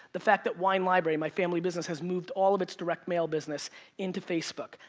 the fact that wine library, my family business, has moved all of its direct mail business into facebook.